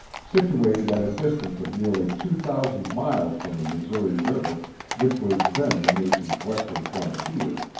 situated at a distance of nearly two thousand miles from the missouri river which was then the nation's western frontier,